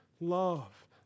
love